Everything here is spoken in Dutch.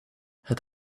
het